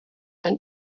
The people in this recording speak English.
and